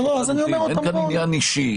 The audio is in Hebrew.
אין כאן עניין אישי.